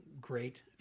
great